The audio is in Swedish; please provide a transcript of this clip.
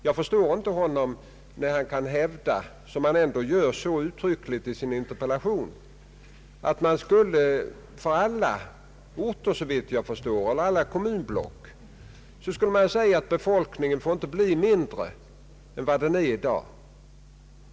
Jag förstår honom inte när han hävdar — som han ändå gör så uttryckligt i sin interpellation — att man för alla orter och för alla kommunblock, såvitt jag förstår, skulle bestämma att befolkningen inte får bli mindre än vad den är i dag.